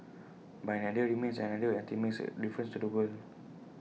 but an idea remains an idea until IT makes A difference to the world